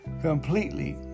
Completely